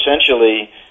essentially